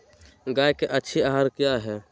गाय के अच्छी आहार किया है?